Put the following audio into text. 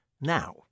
now